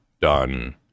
done